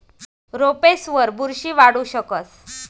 रोपेसवर बुरशी वाढू शकस